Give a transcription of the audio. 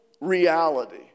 reality